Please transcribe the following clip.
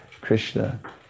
Krishna